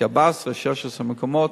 14 16 מקומות,